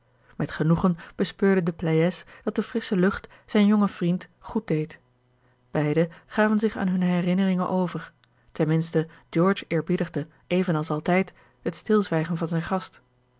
met genoegen bespeurde de pleyes dat de frissche lucht zijn jongen vriend goed deed beide gaven zich aan hunne herinneringen over ten minste george eerbiedigde even als altijd het stilzwijgen van zijn gast